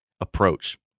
approach